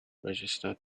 register